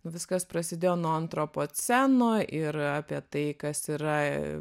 viskas prasidėjo nuo antropoceno ir apie tai kas yra